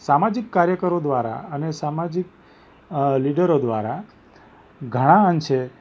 સામાજિક કાર્યકરો દ્વારા અને સામાજિક લીડરો દ્વારા ઘણા અંશે